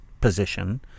position